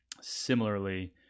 Similarly